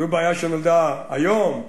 זו בעיה שנולדה היום?